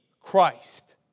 Christ